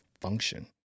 function